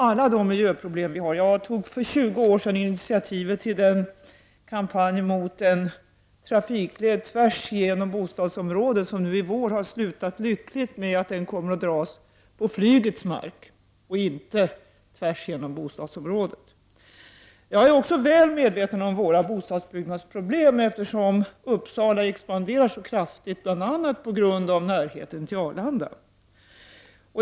För 20 år sedan tog jag initiativet till den kampanj mot en trafikled tvärsigenom bostadsområdet som nu i vår har slutat lyckligt med att trafikleden kommer att dras på flygets mark — och alltså inte tvärsigenom bostadsområdet. Jag är också väl medveten om våra bostadsbyggnadsproblem, eftersom Uppsala expanderar så kraftigt, bl.a. på grund av närheten till Arlanda.